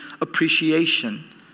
appreciation